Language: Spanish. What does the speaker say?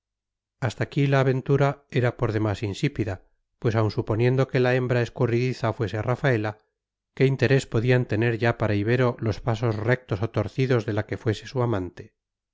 hasta aquí la aventura era por demás insípida pues aun suponiendo que la hembra escurridiza fuese rafaela qué interés podían tener ya para ibero los pasos rectos o torcidos de la que fuese su amante